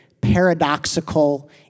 paradoxical